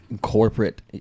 corporate